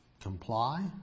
comply